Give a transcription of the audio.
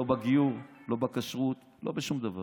לא בגיור, לא בכשרות, לא בשום דבר.